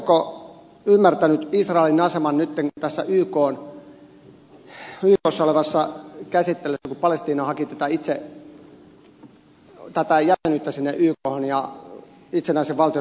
oletteko ymmärtänyt israelin aseman nytten tässä ykssa olevassa käsittelyssä kun palestiina haki tätä jäsenyyttä sinne ykhon ja itsenäisen valtion asemaa